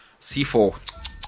C4